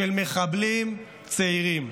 של מחבלים צעירים.